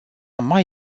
mai